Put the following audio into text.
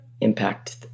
impact